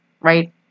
right